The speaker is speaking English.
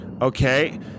Okay